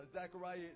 Zechariah